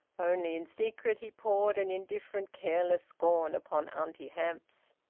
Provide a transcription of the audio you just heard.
only in secret he poured an indifferent, careless scorn upon auntie hamps.